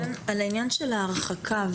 על הנושא של ההרחקה,